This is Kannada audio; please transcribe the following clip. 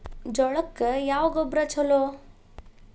ಜೋಳಕ್ಕ ಯಾವ ಗೊಬ್ಬರ ಛಲೋ?